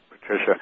Patricia